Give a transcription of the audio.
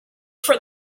for